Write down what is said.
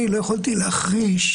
אני לא יכולתי להחריש,